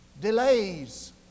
delays